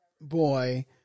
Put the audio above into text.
boy